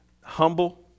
humble